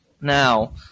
Now